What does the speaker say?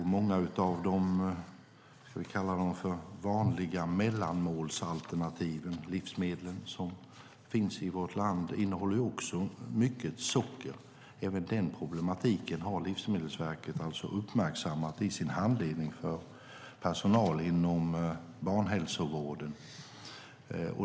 Många av de vanliga så kallade mellanmålsalternativen och livsmedlen i vårt land innehåller också mycket socker. Även den problematiken har Livsmedelsverket uppmärksammat i sin handledning för personal inom barnhälsovården.